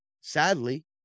sadly